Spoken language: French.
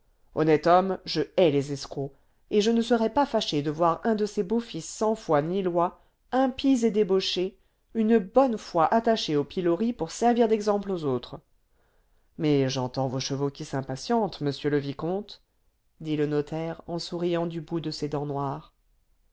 honnête homme je hais les escrocs et je ne serais pas fâché de voir un de ces beaux fils sans foi ni loi impies et débauchés une bonne fois attaché au pilori pour servir d'exemple aux autres mais j'entends vos chevaux qui s'impatientent monsieur le vicomte dit le notaire en souriant du bout de ses dents noires